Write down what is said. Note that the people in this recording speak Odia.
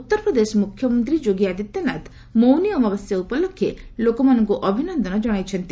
ଉତ୍ତରପ୍ରଦେଶ ମୁଖ୍ୟମନ୍ତ୍ରୀ ଯୋଗୀ ଆଦିତ୍ୟନାଥ ମୌନିଅମାବାସ୍ୟା ଉପଲକ୍ଷେ ଲୋକମାନଙ୍କୁ ଅଭିନନ୍ଦନ କଣାଇଛନ୍ତି